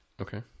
Okay